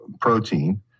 protein